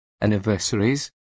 anniversaries